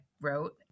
wrote